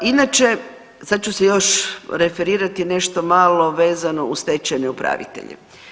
Inače, sad ću se još referirati nešto malo vezano uz stečajne upravitelje.